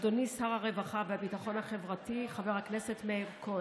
אדוני שר הרווחה והביטחון החברתי חבר הכנסת מאיר כהן,